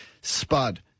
spud